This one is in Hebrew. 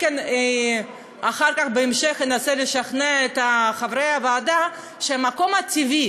ואחר כך בהמשך אנסה לשכנע את חברי הוועדה שהמקום הטבעי